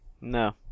No